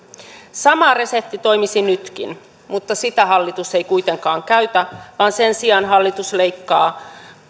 sama resepti toimisi nytkin mutta sitä hallitus ei kuitenkaan käytä vaan sen sijaan hallitus leikkaa